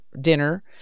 dinner